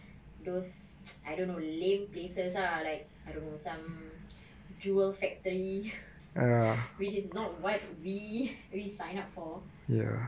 those I don't lame places lah like I don't know some jewel factory which is not what we we sign up for